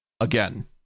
again